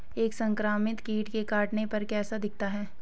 एक संक्रमित कीट के काटने पर कैसा दिखता है?